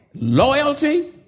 loyalty